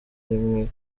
rimwe